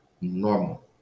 normal